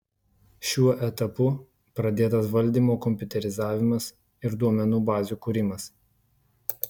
šiuo etapu pradėtas valdymo kompiuterizavimas ir duomenų bazių kūrimas